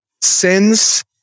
sins